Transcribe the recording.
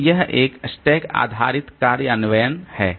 तो यह एक स्टैक आधारित कार्यान्वयन है